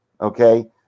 Okay